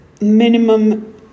minimum